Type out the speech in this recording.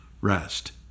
rest